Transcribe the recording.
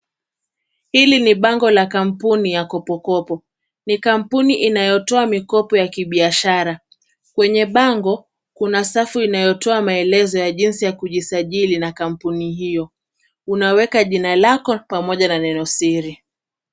Hili ni bango la kampuni ya Kopo Kopo. Ni kampuni inayotoa mikopo ya kibiashara. Kwenye bango kuna safu inayotoa maelezo ya jinsi ya kujisajili na kampuni hiyo. Unaweka jina lako pamoja na neno siri.